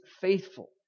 faithful